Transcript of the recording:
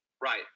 Right